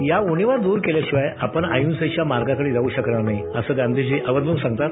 या उणिवा दूर केल्याशिवाय आपण अहिंसेच्या मार्गाकडे जाऊ शकणार नाही असं गांधीजी आवर्जून सांगतात